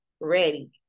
ready